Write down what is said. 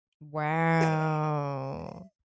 Wow